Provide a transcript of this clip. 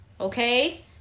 okay